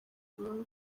inyungu